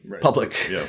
public